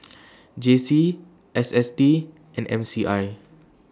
J C S S T and M C I